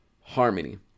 Harmony